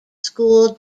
school